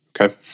Okay